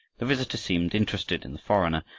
the visitor seemed interested in the foreigner,